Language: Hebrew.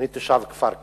אני תושב כפר-קרע,